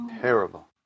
terrible